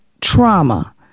trauma